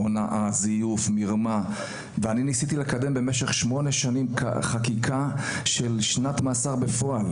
אני ניסיתי לקדם במשך שמונה שנים חקיקה של שנת מאסר בפועל.